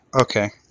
okay